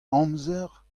amzer